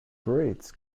breeds